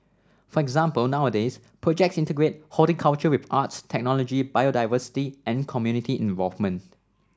for example nowadays projects integrate horticulture with arts technology biodiversity and community involvement